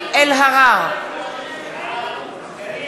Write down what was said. בעד זאב